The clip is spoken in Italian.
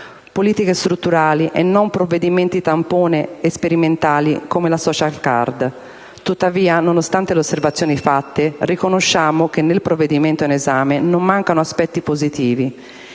Politiche strutturali e non provvedimenti tampone e sperimentali come la *social card*. Tuttavia, nonostante le osservazioni fatte, riconosciamo che nel provvedimento in esame non mancano aspetti positivi.